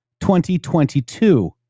2022